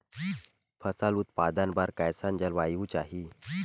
फसल उत्पादन बर कैसन जलवायु चाही?